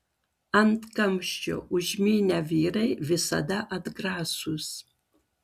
ant kamščio užmynę vyrai visada atgrasūs